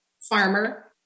farmer